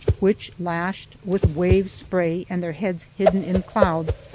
which, lashed with wave-spray and their heads hidden in clouds,